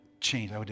change